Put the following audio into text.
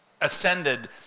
ascended